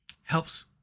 helps